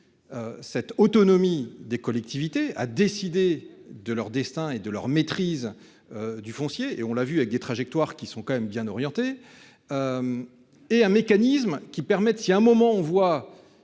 Cette autonomie des collectivités à décider de leur destin et de leur maîtrise. Du foncier et on l'a vu avec des trajectoires qui sont quand même bien orienté. Et un mécanisme qui permette, si à un moment, on voit